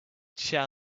chair